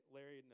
Larry